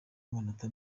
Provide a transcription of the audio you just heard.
amanota